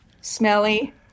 smelly